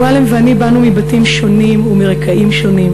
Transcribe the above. מועלם ואני באנו מבתים שונים ומרקעים שונים,